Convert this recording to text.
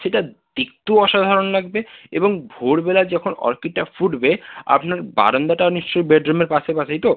সেটা দেখতেও অসাধারণ লাগবে এবং ভোরবেলা যখন অর্কিডটা ফুটবে আপনার বারান্দাটা নিশ্চয়ই বেডরুমের পাশে পাশেই তো